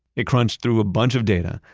it crunched through a bunch of data,